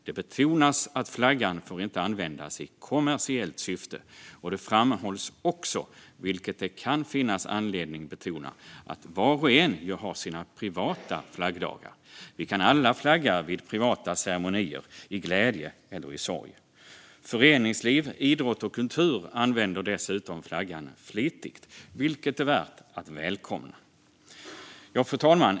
Det betonas att flaggan inte får användas i kommersiellt syfte. Det framhålls också, vilket det kan finnas anledning att betona, att var och en har sina privata flaggdagar. Vi kan alla flagga vid privata ceremonier, i glädje eller i sorg. Föreningsliv, idrott och kultur använder dessutom flaggan flitigt, vilket är värt att välkomna. Fru talman!